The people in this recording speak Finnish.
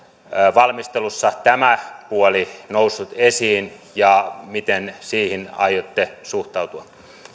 valmistelussa tämä puoli noussut esiin ja miten siihen aiotte suhtautua